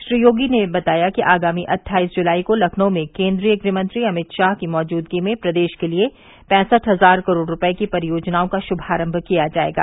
श्री योगी ने बताया कि आगामी अट्ठाईस जुलाई को लखनऊ में केन्द्रीय गृहमंत्री अमित शाह की मौजूदगी में प्रदेश के लिये पैंसठ हजार करोड़ रूपये की परियोजनाओं का शुमारम्भ किया जायेगा